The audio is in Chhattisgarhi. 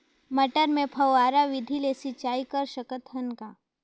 मटर मे फव्वारा विधि ले सिंचाई कर सकत हन का?